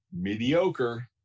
mediocre